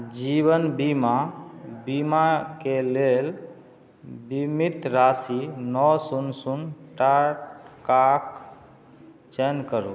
जीवन बीमा बीमाके लेल बीमित राशि नओ शून्य शून्य टाकाक चयन करु